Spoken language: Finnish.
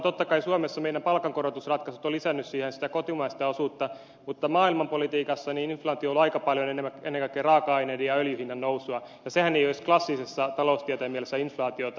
totta kai suomessa meidän palkankorotusratkaisumme ovat lisänneet siihen sitä kotimaista osuutta mutta maailmanpolitiikassa inflaatio on ollut aika paljon ennen kaikkea raaka aineiden ja öljyn hinnan nousua ja sehän ei ole edes klassisen taloustieteen mielessä inflaatiota